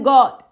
God